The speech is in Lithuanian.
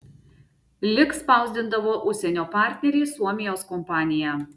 lik spausdindavo užsienio partneriai suomijos kompanija